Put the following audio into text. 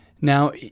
Now